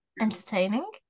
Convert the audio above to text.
entertaining